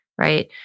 right